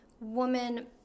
woman